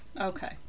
Okay